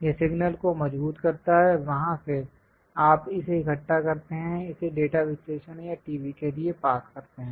यह सिग्नल को मजबूत करता है वहां से आप इसे इकट्ठा करते हैं इसे डेटा विश्लेषण या टीवी के लिए पास करते हैं